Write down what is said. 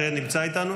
שנמצא איתנו,